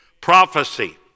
Prophecy